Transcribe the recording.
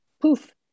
poof